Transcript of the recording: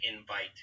invite